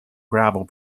gravel